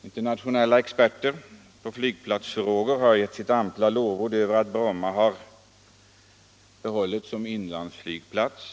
Internationella experter på flygplatsfrågor har gett sitt ampla lovord över att Bromma har bibehållits som inlandsflygplats.